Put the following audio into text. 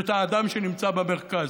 ואת האדם, שנמצא במרכז.